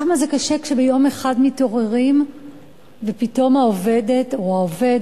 כמה זה קשה כשביום אחד מתעוררים ופתאום העובדת או העובד,